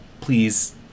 please